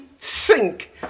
sink